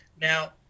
Now